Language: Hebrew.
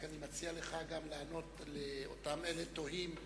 אני רק מציע לך גם לענות לאותם אלה תוהים,